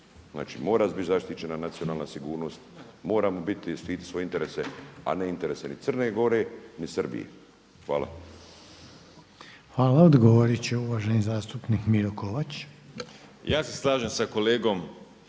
Znači mora biti zaštićena nacionalna sigurnost, moramo biti i štititi svoje interese a ne interese ni Crne Gore ni Srbije. Hvala. **Reiner, Željko (HDZ)** Hvala. Odgovoriti će uvaženi zastupnik Miro Kovač. **Kovač, Miro